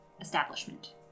establishment